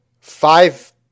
Five